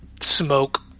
smoke